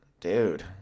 Dude